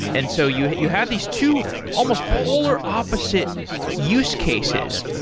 and so you you had these two almost polar opposite use cases.